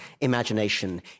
imagination